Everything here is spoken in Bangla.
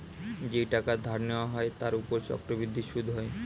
যেই টাকা ধার নেওয়া হয় তার উপর চক্রবৃদ্ধি সুদ হয়